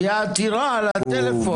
תהיה עתירה על הטלפון.